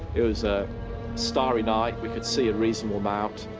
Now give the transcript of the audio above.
it was a starry night. we could see a reasonable amount,